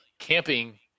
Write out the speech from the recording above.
Camping